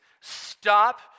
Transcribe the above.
Stop